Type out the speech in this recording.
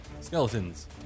Skeletons